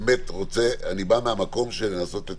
אני בא ממקום לנסות לתקן.